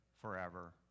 forever